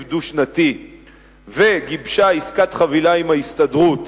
דו-שנתי וגיבשה עסקת חבילה עם ההסתדרות,